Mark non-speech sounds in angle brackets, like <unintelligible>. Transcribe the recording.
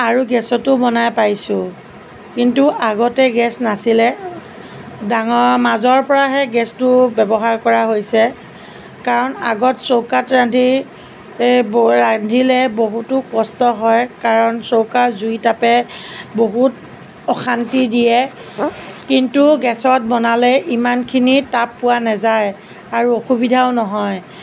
আৰু গেছতো বনাই পাইছোঁ কিন্তু আগতে গেছ নাছিলে ডাঙৰ মাজৰ পৰাহে গেছটো ব্যৱহাৰ কৰা হৈছে কাৰণ আগতে চৌকাত ৰান্ধিলে <unintelligible> বহুতো কষ্ট হয় কাৰণ চৌকাৰ জুইৰ তাপে বহুত অশান্তি দিয়ে কিন্তু গেছত বনালে ইমানখিনি তাপ পোৱা নাযায় আৰু অসুবিধাও নহয়